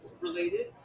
related